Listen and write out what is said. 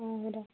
অঁ সোধক